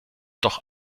doch